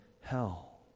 hell